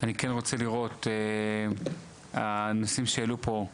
אני כן רוצה לראות הנושאים שהעלו פה,